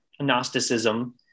gnosticism